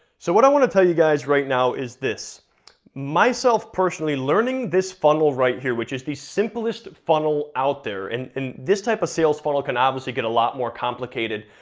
so what i wanna tell you guys right now is this myself personally, learning this funnel right here, which is the simplest funnel out there, and and this type of sales funnel can obviously get a lot more complicated,